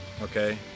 Okay